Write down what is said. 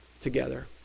together